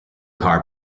car